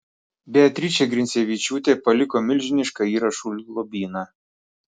beatričė grincevičiūtė paliko milžinišką įrašų lobyną